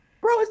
Bro